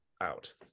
out